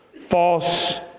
false